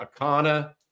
Akana